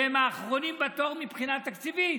והם האחרונים בתור מבחינה תקציבית,